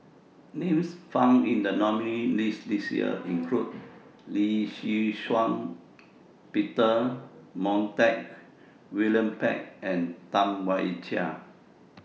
Names found in The nominees' list This Year include Lee Shih Shiong Peter Montague William Pett and Tam Wai Jia